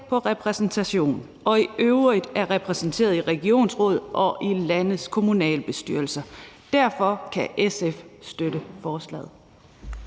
en repræsentation, og som i øvrigt er repræsenteret i regionsråd og i landets kommunalbestyrelser. Derfor kan SF støtte forslaget.